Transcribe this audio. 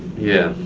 yeah.